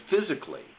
physically